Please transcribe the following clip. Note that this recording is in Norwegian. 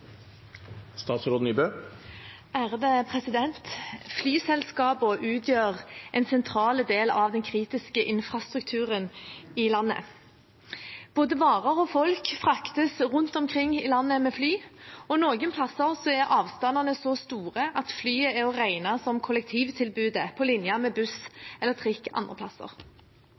er dermed omme. Flyselskapene utgjør en sentral del av den kritiske infrastrukturen i landet. Både varer og folk fraktes rundt omkring i landet med fly, og noen plasser er avstandene så store at flyene er å regne som kollektivtilbud på linje med buss eller trikk andre plasser.